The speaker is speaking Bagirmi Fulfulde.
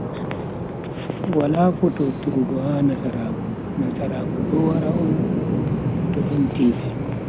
Wala fototurgo ha nasaraku, nasaraku do wara on to don tiidal.